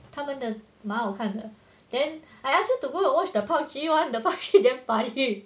他们的蛮好看的 then I ask you to go and watch the P_U_B_G one the P_U_B_G damn funny